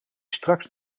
straks